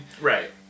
Right